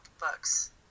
books